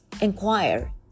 inquire